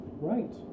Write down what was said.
Right